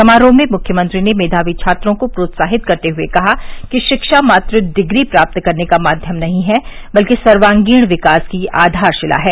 समारोह में मुख्यमंत्री ने मेघावी छात्रों को प्रोत्साहित करते हुए कहा कि शिक्षा मात्र डिग्री प्राप्त करने का माध्यम नहीं है बल्कि सर्वगीण विकास की आधारशिला है